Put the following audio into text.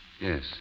Yes